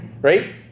right